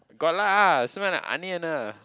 got lah smell like onions lah